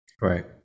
Right